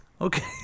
Okay